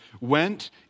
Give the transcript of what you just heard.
went